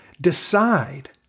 decide